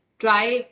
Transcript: try